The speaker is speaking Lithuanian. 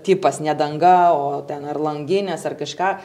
tipas ne danga o ten ar langinės ar kažką